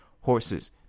horses